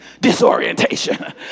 disorientation